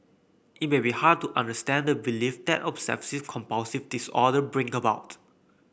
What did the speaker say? it may be hard to understand the belief that obsessive compulsive disorder bring about